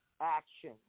action